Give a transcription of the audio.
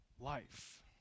life